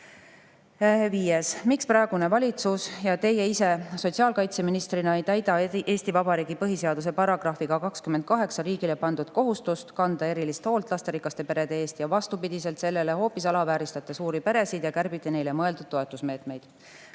Viies: "Miks pra[e]gune valitsus ja Teie ise sotsiaalkaitseministrina ei täida Eesti Vabariigi põhiseaduse paragrahviga 28 riigile pandud kohustust kanda eriliselt hoolt lasterikaste perede eest ja vastupidiselt sellele hoopis alavääristate suuri peresid ja kärbite neile mõeldud toetusmeetmeid.